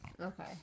Okay